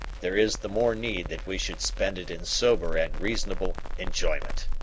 there is the more need that we should spend it in sober and reasonable enjoyment.